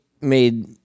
made